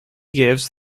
gives